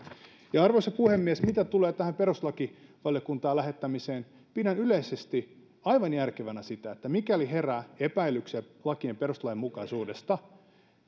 arvoisa puhemies mitä tulee tähän perustuslakivaliokuntaan lähettämiseen pidän yleisesti aivan järkevänä sitä että mikäli herää epäilyksiä lakien perustuslainmukaisuudesta